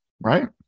Right